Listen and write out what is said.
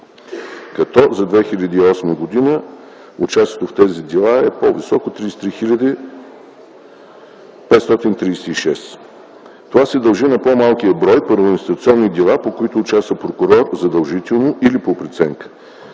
дела. За 2008 г. участието в тези дела е по-високо – 33 536. Това се дължи на по-малкия брой първоинстанционни дела, по които участва прокурор задължително или по преценка.